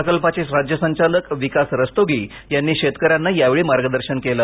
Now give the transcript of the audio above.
प्रकल्पाचे राज्य संचालक विकास रस्तोगी शेतकऱ्यांना यावेळी मार्गदर्शन केलं